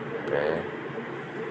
ᱯᱮ